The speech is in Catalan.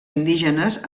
indígenes